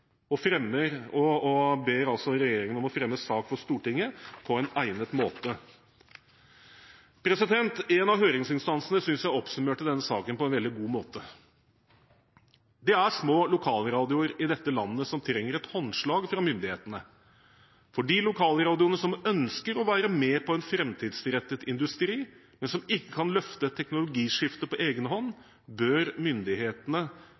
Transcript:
støtteordningen for lokalkringkasting, og ber regjeringen om å fremme sak for Stortinget på en egnet måte. En av høringsinstansene syntes jeg oppsummerte denne saken på en veldig god måte: Det er små lokalradioer i dette landet som trenger et håndslag fra myndighetene. For de lokalradioene som ønsker å være med på en framtidsrettet industri, men som ikke kan løfte et teknologiskifte på